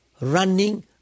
running